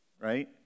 right